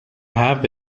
have